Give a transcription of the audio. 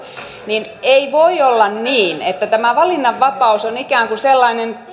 niin ei voi olla niin että tämä valinnanvapaus on ikään kuin sellainen